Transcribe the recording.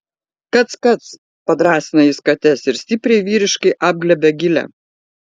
kac kac padrąsina jis kates ir stipriai vyriškai apglėbia gilę